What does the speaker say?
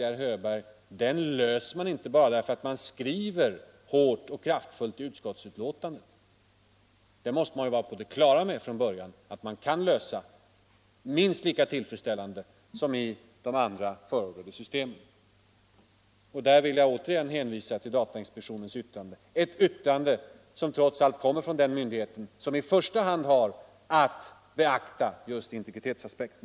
Den löser man inte, herr Hörberg, bara genom att man skriver hårt och kraftfullt i utskottsbetänkandet. Man måste ju från början vara på det klara med att den kan lösas minst lika tillfredsställande i vårt system som i de förordade systemen. Här vill jag återigen hänvisa till datainspektionens yttrande — ett yttrande som trots allt kommer från den myndighet som i första hand har att beakta just integritetsaspekten.